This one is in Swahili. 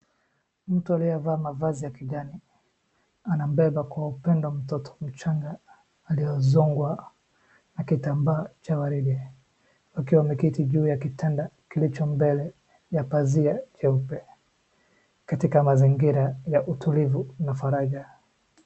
Mtu aliyevaa mavazi ya kijani anambeba kwa upendo mtoto mchanga, aliyezongwa kwa kitambaa cha waridi akiwa ameketi juu ya kitanda kilicho mbele ya pazia cheupe katika mazingira ya utulivu na faraja.